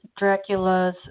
Draculas